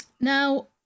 Now